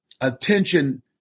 attention